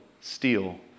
steal